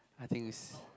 I think is